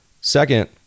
Second